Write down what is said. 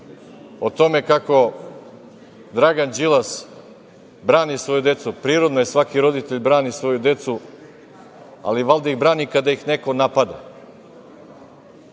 o tome kako Dragan Đilas brani svoju decu. Prirodno je da svaki roditelj brani svoju decu, ali valjda ih brani kada ih neko napadne.